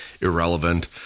irrelevant